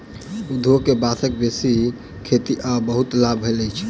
उद्योग के बांसक बेसी खेती सॅ बहुत लाभ भेल अछि